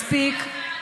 מספיק.